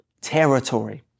territory